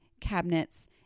cabinets